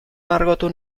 margotu